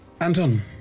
Anton